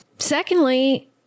Secondly